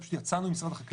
פשוט יצאנו עם משרד החקלאות.